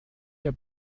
der